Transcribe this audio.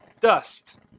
Dust